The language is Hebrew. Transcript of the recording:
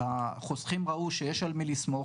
החוסכים ראו שיש על מי לסמוך.